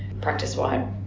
practice-wide